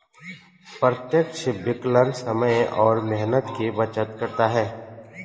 प्रत्यक्ष विकलन समय और मेहनत की बचत करता है